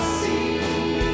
see